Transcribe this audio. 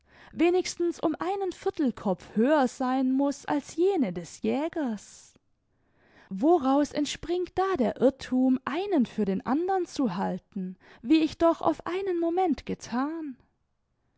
wenigstens um einen viertelkopf höher sein muß als jene des jägers woraus entspringt da der irrthum einen für den andern zu halten wie ich doch auf einen moment gethan